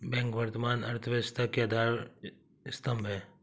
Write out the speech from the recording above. bank वर्तमान अर्थव्यवस्था के आधार स्तंभ है